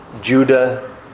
Judah